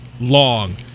long